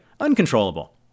uncontrollable